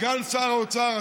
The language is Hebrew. סגן שר האוצר,